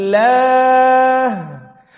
Allah